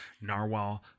Narwhal